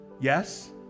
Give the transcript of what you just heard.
Yes